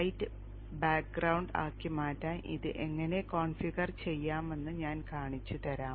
light background ആക്കി മാറ്റാൻ ഇത് എങ്ങനെ കോൺഫിഗർ ചെയ്യാമെന്ന് ഞാൻ കാണിച്ചുതരാം